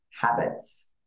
habits